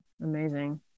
amazing